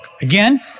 Again